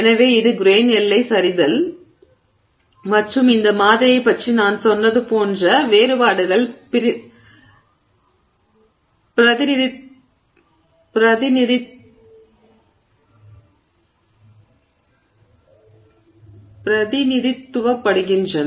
எனவே இது கிரெய்ன் எல்லை சரிதல் மற்றும் இந்த மாதிரியைப் பற்றி நான் சொன்னது போன்ற வேறுபாடுகள் பிரதிநிதித்துவப்படுத்துகின்றன